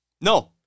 No